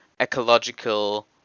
ecological